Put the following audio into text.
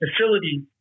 facility